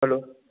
hello